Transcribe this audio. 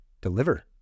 deliver